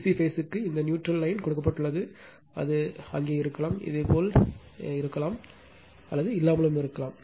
பேஸ்ம் a b c க்கு இந்த neutral line கொடுக்கப்பட்டுள்ளது அது அங்கே இருக்கலாம் இதேபோல் இருக்கலாம் அல்லது இல்லாமல் இருக்கலாம்